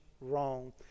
wrong